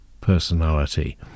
personality